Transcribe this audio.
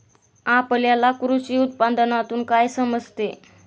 आपल्याला कृषी उत्पादनातून काय समजते?